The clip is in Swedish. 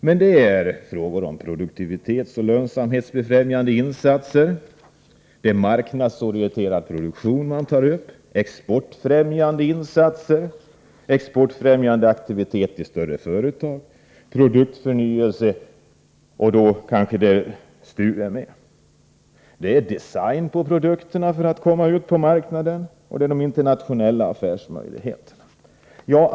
Det man tar upp är produktivitetsoch lönsamhetsbefrämjande insatser, marknadsorienterad produktion, exportfrämjande insatser, exportfrämjande aktivitet i större företag, produktförnyelse — då kanske STU är inkopplat — och design på produkterna för att komma ut på marknaden samt de internationella affärsmöjligheterna.